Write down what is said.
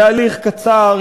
להליך קצר,